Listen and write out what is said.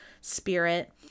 spirit